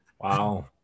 Wow